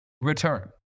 return